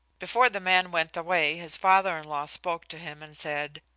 before the man went away his father-in-law spoke to him and said,